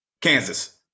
Kansas